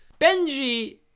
Benji